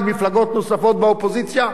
עם מפלגות נוספות באופוזיציה.